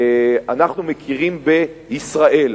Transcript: אנחנו מכירים בישראל.